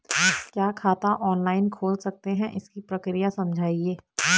क्या खाता ऑनलाइन खोल सकते हैं इसकी प्रक्रिया समझाइए?